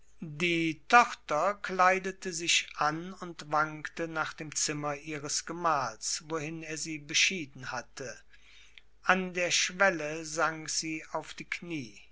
die tochter kleidete sich an und wankte nach dem zimmer ihres gemahls wohin er sie beschieden hatte an der schwelle sank sie auf die knie